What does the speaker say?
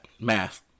Math